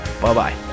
Bye-bye